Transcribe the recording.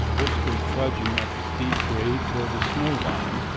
briskly trudging up the steep grade toward the snow-line,